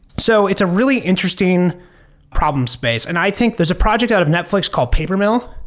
so it's a really interesting problem space. and i think there's a project out of netflix called papermill,